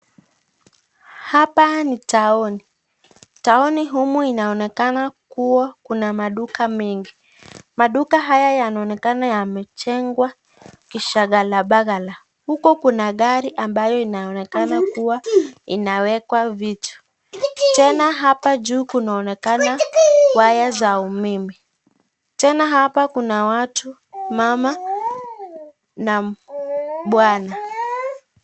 Hapa ni taoni,(cs),taoni,(cs), humu inaonekana kuwa kuna maduka mengi. Maduka haya yanaonekana yamejengwa kishaghala baghala. Huku Kuna gari ambayo inaonekana kuwa inawekwa vitu. Tena hapa juu kunaonekana waya za umeme , tena hapa kuna watu mama na bwana.